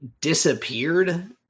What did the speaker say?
disappeared